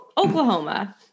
oklahoma